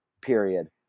period